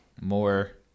more